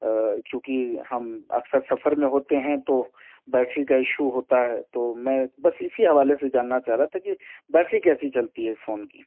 کیونکہ ہم اکثر سفر میں ہوتے ہیں تو بیٹری کا ایشو ہوتا ہے تو میں بس اسی حوالے سے جاننا چاہ رہا تھا کہ بیٹری کیسی چلتی ہے اس فون کی